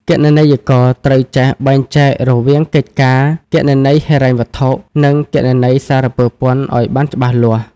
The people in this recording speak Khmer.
គណនេយ្យករត្រូវចេះបែងចែករវាងកិច្ចការគណនេយ្យហិរញ្ញវត្ថុ និងគណនេយ្យសារពើពន្ធឱ្យបានច្បាស់លាស់។